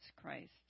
Christ